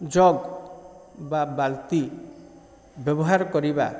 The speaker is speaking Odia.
ଜଗ୍ ବା ବାଲ୍ଟି୍ ବ୍ୟବହାର କରିବା